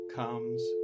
comes